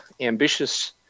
ambitious